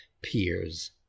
peers